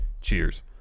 Cheers